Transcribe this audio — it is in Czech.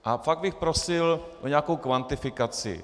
A pak bych prosil o nějakou kvantifikaci.